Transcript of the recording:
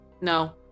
no